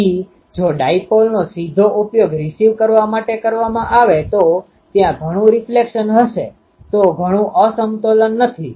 તેથી જો ડાઇપોલનો સીધો ઉપયોગ રીસીવ કરવા માટે કરવામાં આવે તો ત્યાં ઘણું રીફ્લેક્શન હશેતો ઘણું અસમતોલન નથી